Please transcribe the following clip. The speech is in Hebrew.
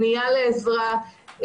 פנייה לעזרה,